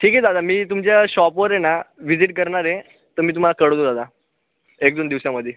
ठीक आहे दादा मी तुमच्या शॉपवर हे ना व्हिजिट करणार आहे तर मी तुम्हाला कळवतो दादा एक दोन दिवसामध्ये